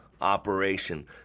operation